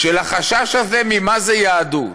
של החשש הזה ממה זה יהדות,